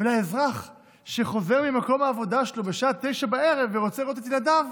ולאזרח שחוזר ממקום העבודה שלו בשעה 21:00 ורוצה לראות את ילדיו,